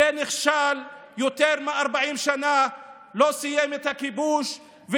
זה נכשל יותר מ-40 שנה, ולא סיים את הכיבוש,